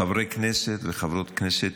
חברי כנסת וחברות כנסת,